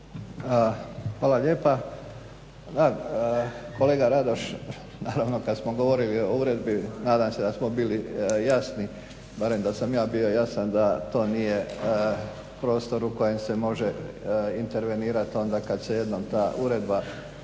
Hvala lijepa. Kolega Radoš, naravno kad smo govorili o uredbi nadam se da smo bili jasni, barem da sam ja bio jasan da to nije prostor u kojem se može intervenirati onda kad se jednom ta uredba